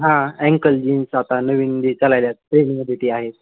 हां uncle jeans आता नवीन दिसायला लागल्यात सेम व्हरायटी आहेत